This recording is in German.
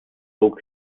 zog